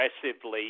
aggressively